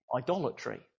idolatry